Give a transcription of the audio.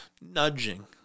nudging